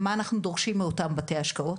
מה אנחנו דורשים מאותם בתי השקעות.